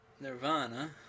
Nirvana